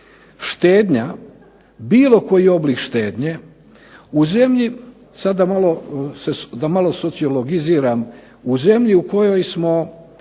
Štednja, bilo koji oblik štednje, u zemlji, sad da malo sociologiziram, u zemlji u kojoj smo